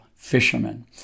fishermen